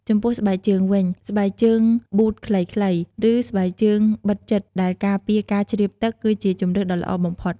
ចំពោះស្បែកជើងវិញ ស្បែកជើងប៊ូតខ្លីៗ ឬ ស្បែកជើងបិទជិតដែលការពារការជ្រាបទឹក គឺជាជម្រើសដ៏ល្អបំផុត។